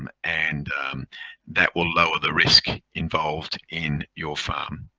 um and that will lower the risk involved in your farm.